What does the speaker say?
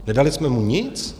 Nedali jsme mu nic?